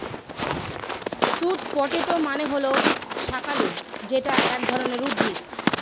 sweet potato মানে হল শাকালু যেটা এক ধরনের উদ্ভিদ